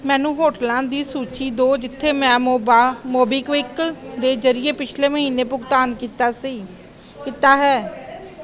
ਮੈਨੂੰ ਹੋਟਲਾਂ ਦੀ ਸੂਚੀ ਦਿਓ ਜਿੱਥੇ ਮੈਂ ਮੋਬਾ ਮੋਬੀਕਵਿਕ ਦੇ ਜਰੀਏ ਪਿਛਲੇ ਮਹੀਨੇ ਭੁਗਤਾਨ ਕੀਤਾ ਸੀ ਕੀਤਾ ਹੈ